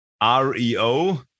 R-E-O